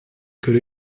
could